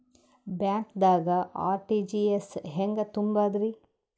ಬ್ಯಾಂಕ್ದಾಗ ಆರ್.ಟಿ.ಜಿ.ಎಸ್ ಹೆಂಗ್ ತುಂಬಧ್ರಿ?